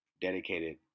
dedicated